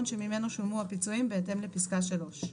שממנו שולמו הפיצויים בהתאם לפסקה (3).